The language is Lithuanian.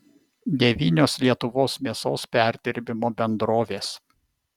devynios lietuvos mėsos perdirbimo bendrovės